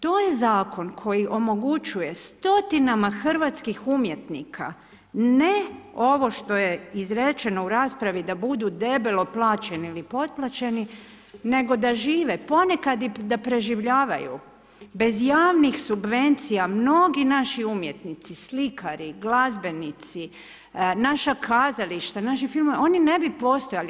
To je zakon koji omogućuje 100 hrvatskih umjetnika, ne ovo što je izrečeno u raspravi, da budu debelo plaćen ili potplaćeni, nego da žive, ponekad i da preživljavaju, bez javnih subvencija, mnogi naši umjetnici, slikari, glazbenici, naše kazališta, naši filmovi, oni ne bi postojali.